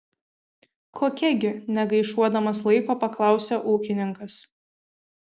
kokia gi negaišuodamas laiko paklausia ūkininkas